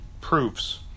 proofs